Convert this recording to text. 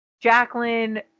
Jacqueline